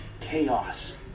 chaos